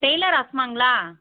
Taylor அஸ்மாங்களா